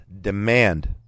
demand